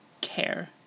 care